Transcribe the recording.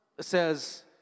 says